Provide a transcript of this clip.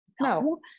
no